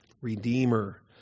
Redeemer